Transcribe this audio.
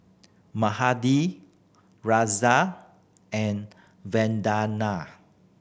Mahade Razia and Vandana